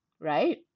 right